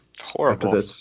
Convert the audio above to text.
Horrible